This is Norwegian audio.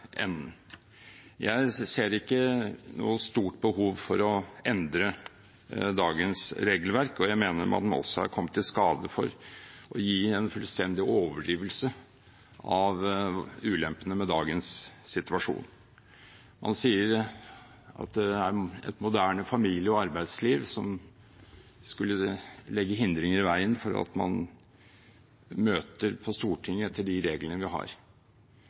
Jeg ser ikke noe stort behov for å endre dagens regelverk, og jeg mener at man også er kommet i skade for å gi en fullstendig overdrivelse av ulempene med dagens situasjon. Man sier at det er et moderne familie- og arbeidsliv som legger hindringer i veien for at man møter på Stortinget etter de reglene vi har.